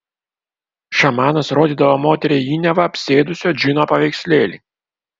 šamanas rodydavo moteriai jį neva apsėdusio džino paveikslėlį